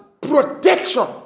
protection